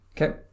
Okay